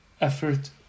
effort